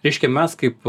reiškia mes kaip